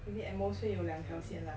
maybe at most 会有两条线 lah